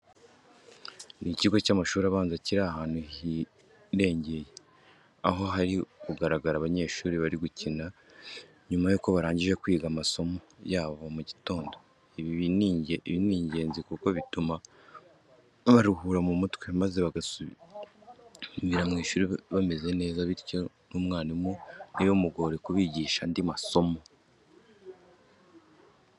Ni ikigo cy'amashuri abanza kiri ahantu hirengeye, aho hari kugaragara abanyeshuri bari gukina nyuma yuko barangije kwiga amasomo yabo ya mu gitondo. Ibi ni ingenzi kuko bituma baruhura mu mutwe, maze bagasubira mu ishuri bameze neza bityo n'umwarimu ntibimugore kubigisha andi masomo.